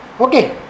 Okay